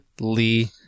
Lee